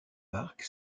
park